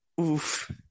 Oof